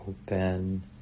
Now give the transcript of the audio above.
open